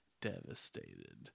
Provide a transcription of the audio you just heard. devastated